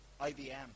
IBM